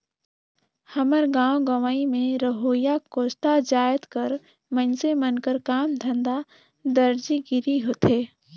हमर गाँव गंवई में रहोइया कोस्टा जाएत कर मइनसे मन कर काम धंधा दरजी गिरी होथे